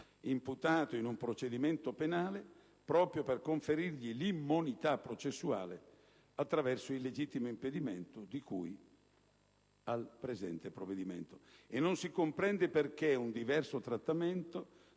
imputato in un procedimento penale, proprio per conferirgli l'immunità processuale attraverso il legittimo impedimento di cui al presente provvedimento. E non si comprende perché un diverso trattamento